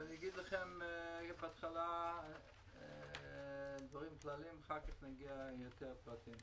אגיד לכם בהתחלה דברים כלליים ואחר כך נגיע לפרטים.